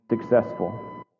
successful